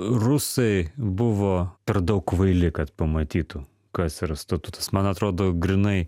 rusai buvo per daug kvaili kad pamatytų kas yra statutas man atrodo grynai